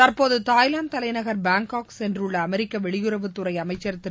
தற்போது தாய்லாந்து தலைநகள் பேங்காக் சென்றுள்ள அமெரிக்க வெளியுறவுத்துறை அமைச்சர் திரு